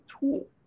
tool